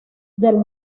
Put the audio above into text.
del